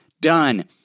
Done